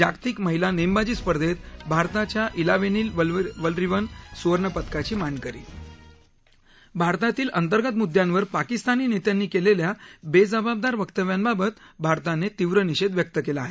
जागतिक महिला नेमबाजी स्पर्धेत भारताच्या इलावेनील वलरीवन स्वर्णपदकाची मानकरी भारतातील अंतर्गत म्द्यांवर पाकिस्तानी नेत्यांनी केलेल्या बेजबाबदार वक्तव्यांबाबत भारताने तीव्र निषेध व्यक्त केला आहे